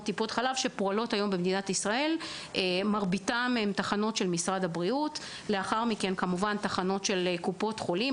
טיפות חלב מרביתן הן של משרד הבריאות ולאחר מכן תחנות של קופות החולים,